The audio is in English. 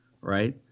Right